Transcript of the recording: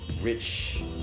Rich